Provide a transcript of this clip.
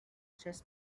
chess